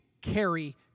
carry